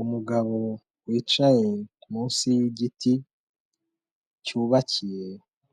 Umugabo wicaye munsi y'igiti cyubakiye